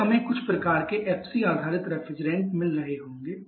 तब हमें कुछ प्रकार के एफसी आधारित रेफ्रिजरेंट मिल रहे होंगे